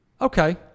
Okay